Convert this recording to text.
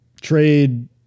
trade